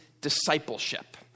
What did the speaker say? discipleship